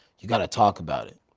you got to talk about it.